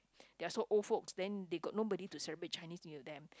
they are so old folks then they got no body to celebrate Chinese New Year